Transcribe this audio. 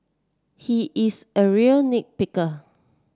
he is a real nit picker